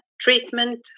treatment